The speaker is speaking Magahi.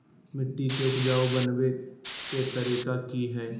मिट्टी के उपजाऊ बनबे के तरिका की हेय?